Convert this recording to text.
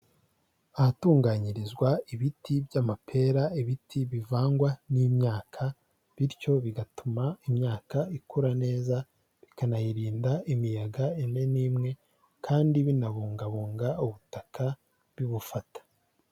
Ahatunganyirizwa ibiti by'amapera, ibiti bivangwa n'imyaka, bityo bigatuma imyaka ikura neza, bikanayirinda imiyaga imwe n'imwe kandi binabungabunga ubutaka bibufata.